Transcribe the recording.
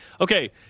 Okay